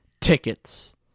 tickets